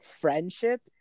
Friendship